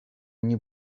new